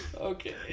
Okay